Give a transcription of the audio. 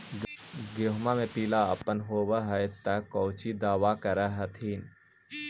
गोहुमा मे पिला अपन होबै ह तो कौची दबा कर हखिन?